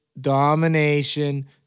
domination